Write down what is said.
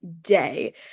day